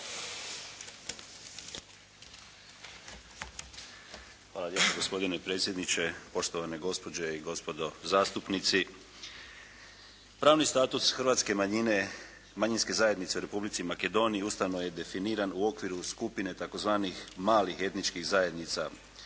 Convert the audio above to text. Hvala lijepo gospodine predsjedniče, poštovane gospođe i gospodo zastupnici. Pravni status hrvatske manjine, manjinske zajednice u Republici Makedoniji i Ustavno je definiran u okviru skupine tzv. malih etničkih zajednica. Hrvatskoj manjinskoj